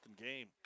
game